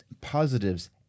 positives